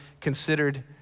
considered